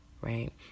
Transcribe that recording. right